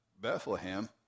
Bethlehem